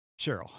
Cheryl